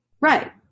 Right